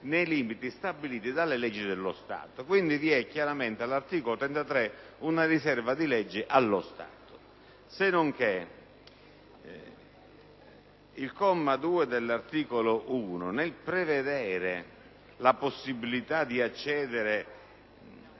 nei limiti stabiliti dalle leggi dello Stato. Quindi, vi è chiaramente all'articolo 33 una riserva di legge allo Stato; sennonché il comma 2 dell'articolo 1 del provvedimento in esame, nel prevedere